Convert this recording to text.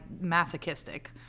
masochistic